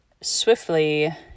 swiftly